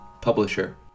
publisher